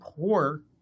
poor